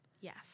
yes